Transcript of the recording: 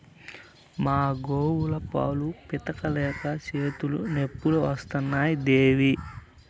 మా గోవుల పాలు పితిక లేక చేతులు నొప్పులు వస్తున్నాయి దేవీ